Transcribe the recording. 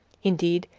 indeed,